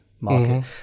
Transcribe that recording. market